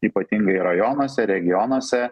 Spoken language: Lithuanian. ypatingai rajonuose regionuose